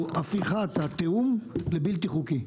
הוא הפיכת התיאום לבלתי חוקי.